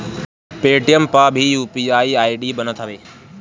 Paytm पअ भी UPI ID बनत हवे